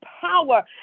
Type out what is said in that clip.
power